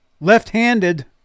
Left-handed